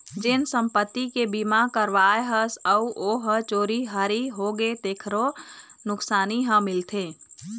जेन संपत्ति के बीमा करवाए हस अउ ओ ह चोरी हारी होगे तेखरो नुकसानी ह मिलथे